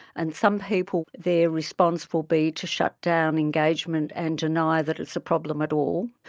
and some people, their response will be to shut down engagement and deny that it's a problem at all,